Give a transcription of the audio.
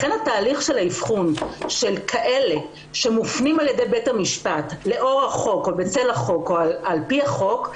לכן תהליך האבחון של כאלה שמופנים על ידי בית המשפט על פי החוק,